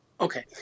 Okay